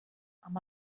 amb